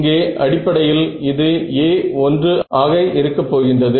இங்கே அடிப்படையில் இது a1 ஆக இருக்க போகின்றது